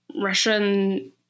Russian